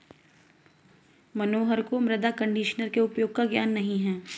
मनोहर को मृदा कंडीशनर के उपयोग का ज्ञान नहीं है